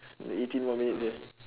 eighteen more minutes here